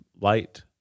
light